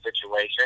situation